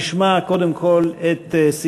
על ההצעה השלישית,